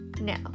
Now